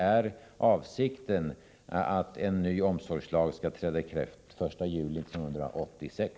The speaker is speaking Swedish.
Är avsikten att en ny omsorgslag skall träda i kraft den 1 juli 1986?